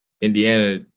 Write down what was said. Indiana